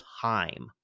time